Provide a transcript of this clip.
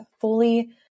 fully